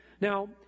Now